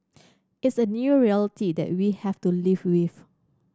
it's a new reality that we have to live with